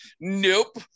nope